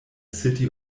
city